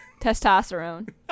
testosterone